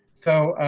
so,